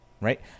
right